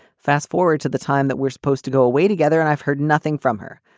fast forward to the time that we're supposed to go away together and i've heard nothing from her.